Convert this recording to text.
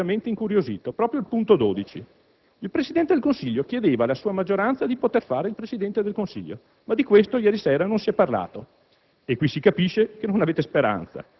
Tra i dodici punti ce n'era uno che mi aveva decisamente incuriosito, proprio il punto dodici: il Presidente del Consiglio chiedeva alla sua maggioranza di poter fare il Presidente del Consiglio. Ma di questo ieri sera non si è parlato.